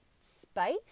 space